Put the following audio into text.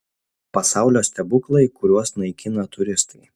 pasaulio stebuklai kuriuos naikina turistai